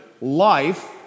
Life